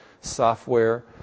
software